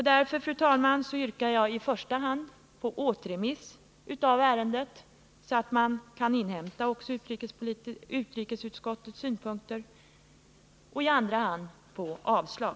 Därför, fru talman, yrkar jag i första hand på återremiss av ärendet — så att man kan inhämta också utrikesutskottets synpunkter — i andra hand på avslag.